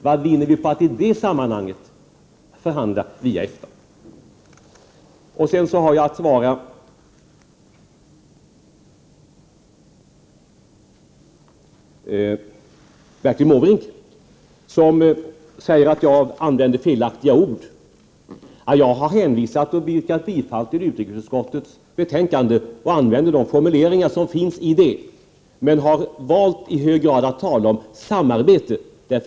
Vad vinner vi på att i det sammanhanget förhandla via EFTA? Bertil Måbrink säger att jag använder felaktiga ord. Vad jag har gjort är att jag har hänvisat till utrikesutskottets betänkande och yrkat bifall till hemställan i detta. Jag använder de formuleringar som finns i betänkandet. Men i hög grad har jag valt att tala om samarbetet.